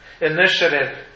Initiative